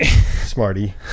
smarty